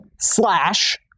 slash